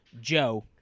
Joe